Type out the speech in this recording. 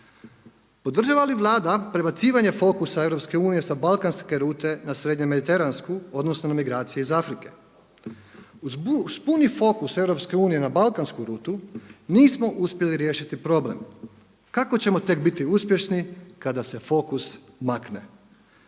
Podržava li Vlada prebacivanje fokusa EU sa balkanske rute na srednje mediteransku, odnosno na migracije iz Afrike. Uz puni fokus EU na balkansku rutu nismo uspjeli riješiti problem kako ćemo tek biti uspješni kada se fokus makne.